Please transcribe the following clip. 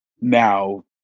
now